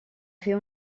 fer